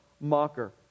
mocker